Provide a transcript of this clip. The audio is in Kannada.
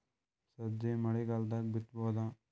ಸಜ್ಜಿ ಮಳಿಗಾಲ್ ದಾಗ್ ಬಿತಬೋದ?